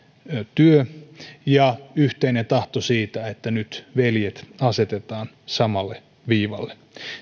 työ ja yhteinen tahto siitä että nyt veljet asetetaan samalle viivalle